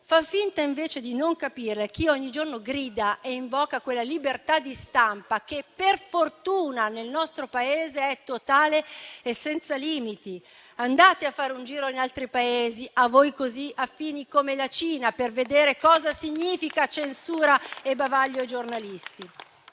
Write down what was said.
Fa finta invece di non capire chi ogni giorno grida e invoca quella libertà di stampa che, per fortuna, nel nostro Paese è totale e senza limiti. Andate a fare un giro in altri Paesi a voi così affini, come la Cina, per vedere cosa significa censura e bavaglio ai giornalisti.